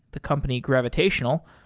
the company gravitational,